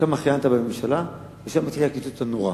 ואז כיהנת בממשלה, ושם התחיל הקיצוץ הנורא.